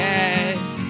Yes